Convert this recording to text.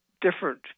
different